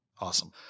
Awesome